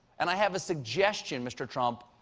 and i have a suggestions, mr. trump,